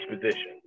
position